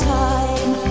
time